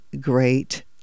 great